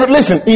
listen